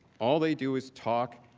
all they do is talk.